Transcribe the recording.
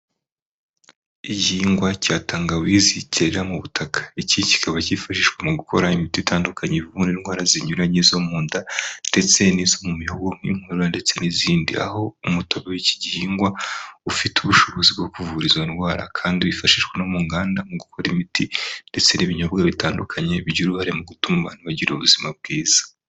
Igihingwa cya tangawizi kera mu butaka. Iki kikaba cyifashishwa mu gukora imiti itandukanye ivura indwara zinyuranye zo mu nda ndetse n'izo mu mihogo nk'inkorora ndetse n'izindi, aho umutobe w'ikigihingwa ufite ubushobozi bwo kuvura izo ndwara kandi wifashishwa no mu nganda mu gukora imiti ndetse n'ibinyobwa bitandukanye bigira uruhare mu gutuma abantu bagira ubuzima bwiza.